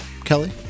Kelly